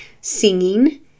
Singing